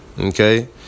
Okay